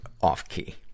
off-key